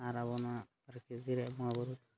ᱟᱨ ᱟᱵᱚ ᱱᱚᱣᱟ ᱯᱚᱨᱠᱤᱛᱤ ᱨᱮᱭᱟᱜ ᱵᱚᱸᱜᱟ ᱵᱩᱨᱩ